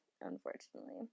unfortunately